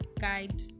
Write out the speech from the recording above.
Guide